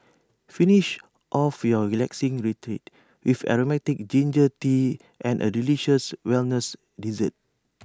finish off your relaxing retreat with Aromatic Ginger Tea and A delicious wellness dessert